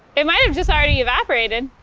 it might have just already evaporated.